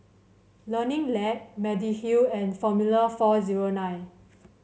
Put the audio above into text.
Learning Lab Mediheal and Formula four zero nine